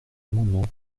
amendement